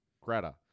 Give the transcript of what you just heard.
Greta